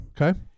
Okay